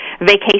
vacation